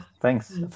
Thanks